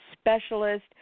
specialist